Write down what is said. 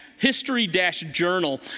History-journal